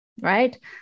right